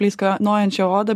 pleiskanojančią odą